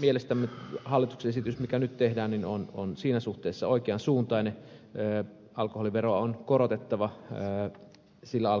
mielestämme hallituksen esitys mikä nyt tehdään on siinä suhteessa oikean suuntainen että alkoholiveroa on korotettava sillä